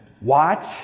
Watch